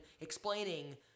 explaining